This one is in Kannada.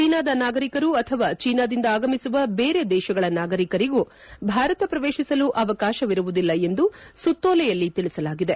ಚೀನಾದ ನಾಗರಿಕರು ಅಥವಾ ಚೀನಾದಿಂದ ಆಗಮಿಸುವ ಬೇರೆ ದೇಶಗಳ ನಾಗರಿಕರಿಗೂ ಭಾರತ ಪ್ರವೇಶಸಲು ಅವಕಾಶವಿರುವುದಿಲ್ಲ ಎಂದು ಸುತ್ತೋಲೆಯಲ್ಲಿ ತಿಳಿಸಲಾಗಿದೆ